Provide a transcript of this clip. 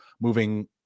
moving